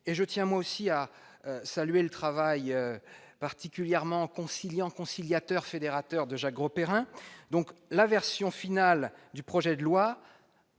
et je tiens, moi aussi à saluer le travail particulièrement conciliant conciliateur fédérateur de Jacques Grosperrin donc la version finale du projet de loi